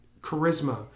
charisma